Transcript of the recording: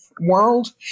world